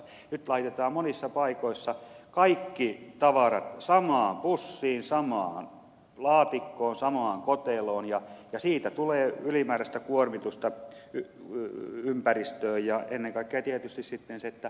nyt laitetaan monissa paikoissa kaikki tavarat samaan pussiin samaan laatikkoon samaan koteloon ja siitä tulee ylimääräistä kuormitusta ympäristöön ja ennen kaikkea tietysti sitten se että